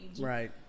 Right